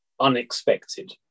unexpected